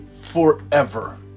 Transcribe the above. forever